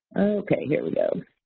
okay, here we go.